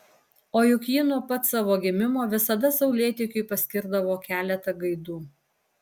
o juk ji nuo pat savo gimimo visada saulėtekiui paskirdavo keletą gaidų